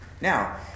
Now